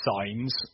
signs